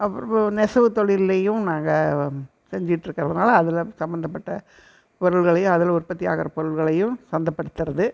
அப்புறம் நெசவுத் தொழில்லையும் நாங்கள் செஞ்சுட்ருக்குறதுனால அதில் சம்மந்தப்பட்ட பொருள்களையும் அதில் உற்பத்தி ஆகிற பொருள்களையும் சந்தைப்படுத்துறது